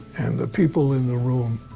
and the people in the room,